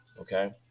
okay